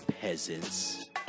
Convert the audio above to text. peasants